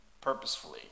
purposefully